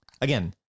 Again